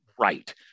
right